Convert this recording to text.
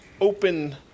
open